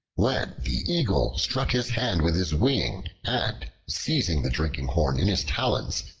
when the eagle struck his hand with his wing, and, seizing the drinking horn in his talons,